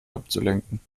abzulenken